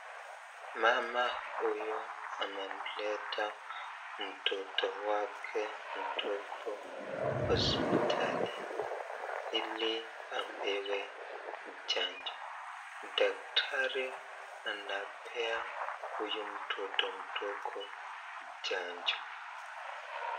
Mama huyu amemleta mtoto wake mdogo hospitalini ili apewe chanjo. Daktari anapea huyu mtoto mdogo chanjo.